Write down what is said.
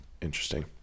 Interesting